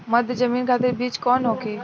मध्य जमीन खातिर बीज कौन होखे?